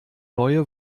neue